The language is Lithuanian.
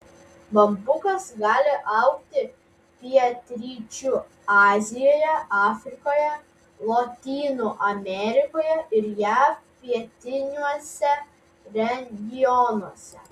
bambukas gali augti pietryčių azijoje afrikoje lotynų amerikoje ir jav pietiniuose regionuose